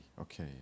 okay